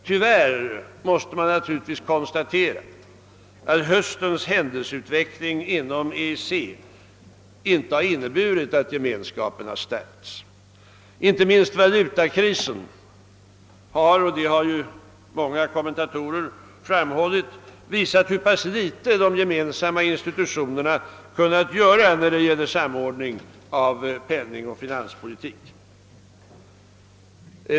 Tyvärr måste det konstateras att höstens händelseutveckling inom EEC inte har inneburit att gemenskapen stärkts. Inte minst valutakrisen har — vilket ju framhållits av många kommentatorer — visat hur pass litet de gemensamma institutionerna kan göra när det gäller samordning av penningoch finanspolitik.